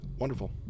Wonderful